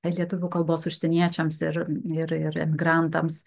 lietuvių kalbos užsieniečiams ir ir emigrantams